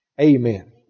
Amen